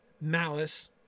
Malice